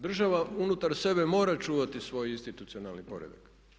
Država unutar sebe mora čuvati svoj institucionalni poredak.